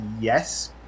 Yes